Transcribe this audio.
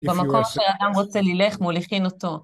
במקום שהאדם רוצה לילך מוליכין אותו.